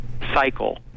cycle